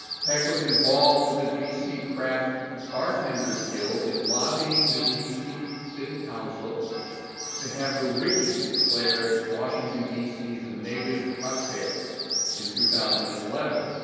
peck was involved with the d c. craft bartenders guild in lobbying the d c. city council to have the rickey declared washington, d c s and native cocktail in two thousand and eleven.